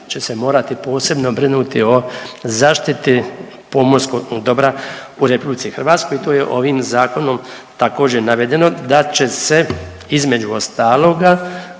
će se morati posebno brinuti o zaštiti pomorskog dobra u RH i to je ovim zakonom također navedeno da će se između ostaloga